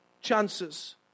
chances